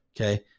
Okay